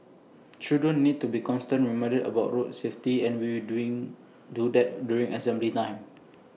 children need to be constantly reminded about road safety and we will doing do that during assembly time